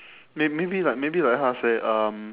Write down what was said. maybe like maybe like how to say um